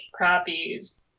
crappies